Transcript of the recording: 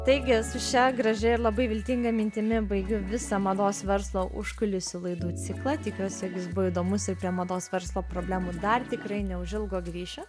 taigi su šia gražia ir labai viltinga mintimi baigiu visą mados verslo užkulisių laidų ciklą tikiuosi jog jis buvo įdomus ir prie mados verslo problemų dar tikrai neužilgo grįšiu